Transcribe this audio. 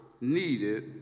needed